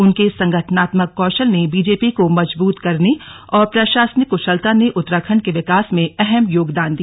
उनके संगठनात्मक कौशल ने बीजेपी को मजबूत करने और प्रशासनिक कुशलता ने उत्तराखंड के विकास में अहम योगदान दिया